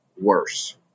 worse